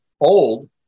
old